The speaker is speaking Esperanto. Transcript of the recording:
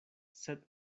sed